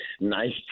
Nice